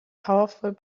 powerful